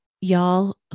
y'all